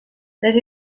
les